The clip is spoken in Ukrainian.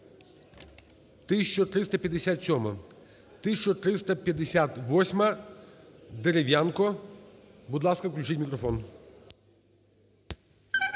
1357-а. 1358-а. Дерев'янко, будь ласка, включіть мікрофон.